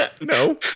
No